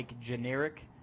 generic